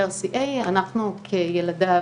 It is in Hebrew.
אנחנו צועקות כבר שנים על הנתונים של גיל 50,